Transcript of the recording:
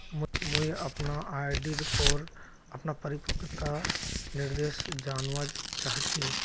मुई अपना आर.डी पोर अपना परिपक्वता निर्देश जानवा चहची